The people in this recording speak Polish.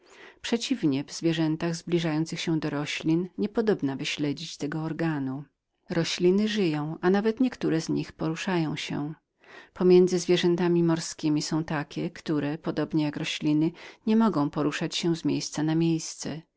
przeciwnie w zwierzętach zbliżających się do roślin nie podobna nam wyśledzić tego organu rośliny żyją nawet niektóre ruszają się pomiędzy zwierzętanizwierzętami są także takie które podobnie do roślin nie mogą poruszać się z miejsca na miejsce